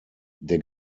der